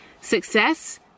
Success